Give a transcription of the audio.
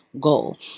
goal